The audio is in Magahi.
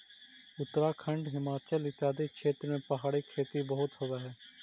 उत्तराखंड, हिमाचल इत्यादि क्षेत्रों में पहाड़ी खेती बहुत होवअ हई